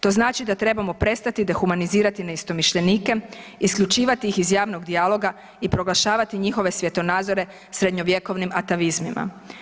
To znači da trebamo prestati dehumanizirati neistomišljenike, isključivati ih iz javnog dijaloga i proglašavati njihove svjetonazore srednjovjekovnim atavizmima.